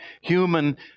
human